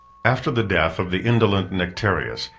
after the death of the indolent nectarius,